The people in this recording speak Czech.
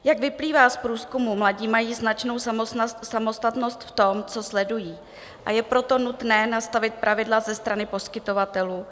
Jak vyplývá z průzkumů, mladí mají značnou samostatnost v tom, co sledují, a je proto nutné nastavit pravidla ze strany poskytovatelů.